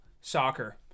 soccer